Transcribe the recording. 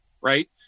right